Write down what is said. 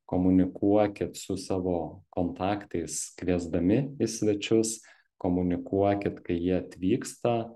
komunikuokit su savo kontaktais kviesdami į svečius komunikuokit kai jie atvyksta